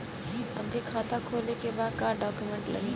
हमके खाता खोले के बा का डॉक्यूमेंट लगी?